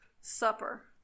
supper